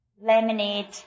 lemonade